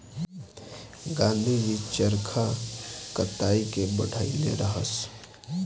गाँधी जी चरखा कताई के बढ़इले रहस